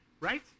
right